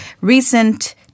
recent